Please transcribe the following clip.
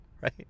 Right